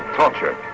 torture